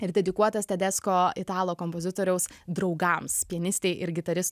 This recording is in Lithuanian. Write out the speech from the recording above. ir dedikuotas tedesko italo kompozitoriaus draugams pianistei ir gitaris